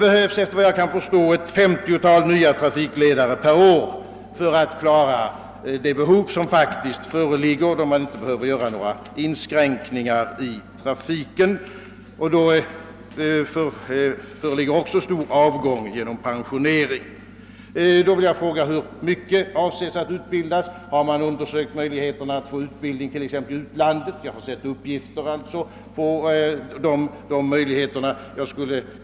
Efter vad jag kan förstå, behövs ett femtiotal nya trafikledare per år för att klara det behov som faktiskt föreligger, om man inte skall behöva göra några inskränkningar i trafiken. Det sker också en stor avgång genom pensionering. Jag vill fråga: Hur mycket utbildning är det meningen att anordna? Har man undersökt möjligheterna att få trafikledare utbildade utomlands? Jag har sett uppgifter om att det finns möjligheter till utbildning i utlandet.